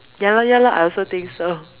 ya lor ya <[lor] I also think so